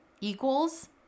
equals